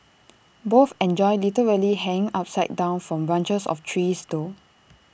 both enjoy literally hang upside down from branches of trees though